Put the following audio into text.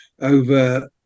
over